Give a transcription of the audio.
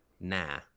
nah